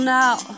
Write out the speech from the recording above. now